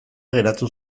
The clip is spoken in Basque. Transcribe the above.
geratu